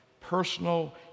personal